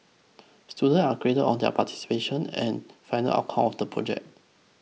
students are graded on their participation and final outcome of the project